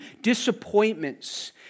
disappointments